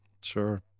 Sure